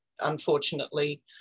unfortunately